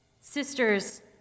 sisters